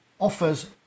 offers